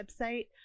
website